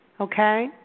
Okay